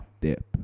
dip